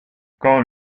quand